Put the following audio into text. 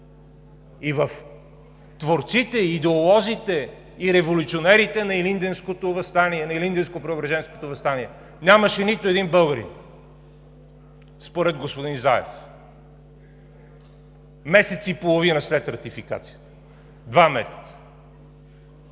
и в творците, идеолозите и революционерите на Илинденско-Преображенското въстание нямаше нито един българин според господин Заев, месец и половина след ратификацията, два месеца.